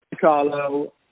Carlo